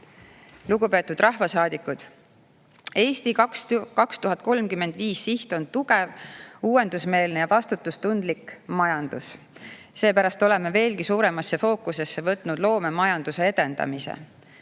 suur. Lugupeetud rahvasaadikud! "Eesti 2035" siht on tugev, uuendusmeelne ja vastutustundlik majandus. Seepärast oleme veelgi suuremasse fookusesse võtnud loomemajanduse edendamise.